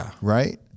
right